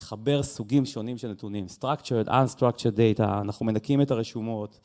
תחבר סוגים שונים של נתונים, unstructured data, אנחנו מנקים את הרשומות